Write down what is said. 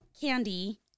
Candy